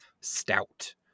stout